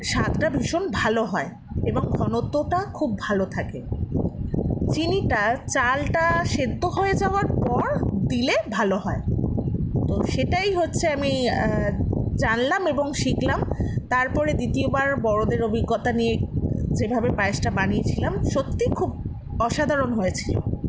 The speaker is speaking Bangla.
স্বাদটা ভীষণ ভালো হয় এবং ঘনত্বটা খুব ভালো থাকে চিনিটা চালটা সেদ্ধ হয়ে যাওয়ার পর দিলে ভালো হয় তো সেটাই হচ্ছে আমি জানলাম এবং শিখলাম তারপরে দ্বিতীয়বার বড়োদের অভিজ্ঞতা নিয়ে যেভাবে পায়েসটা বানিয়েছিলাম সত্যি খুব অসাধারণ হয়েছিলো